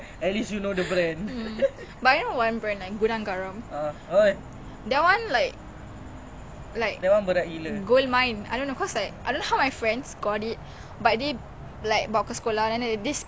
you know when they jual it then that thing you know then dia kasi kasi orang I don't know if they beli or what ah but I'm just like very curious macam mana korang dapat ni semua especially when they are underage and then beli